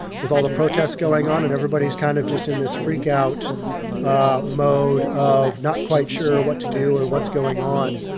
with all the protests going on, and everybody's kind of just in this freakout mode of not quite sure what to do or what's going on.